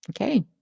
Okay